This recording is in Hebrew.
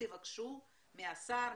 תבקשו מהשר,